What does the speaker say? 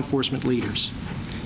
enforcement leaders